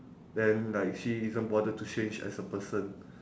then like she isn't bothered to change as a person